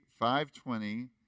520